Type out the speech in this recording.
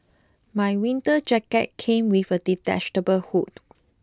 my winter jacket came with a detachable hood